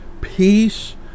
peace